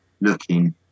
looking